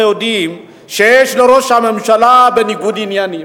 יודעים שיש לראש הממשלה בניגוד עניינים?